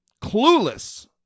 clueless